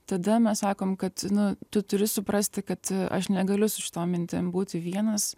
tada mes sakom kad nu tu turi suprasti kad aš negaliu su šitom mintim būti vienas